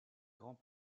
grands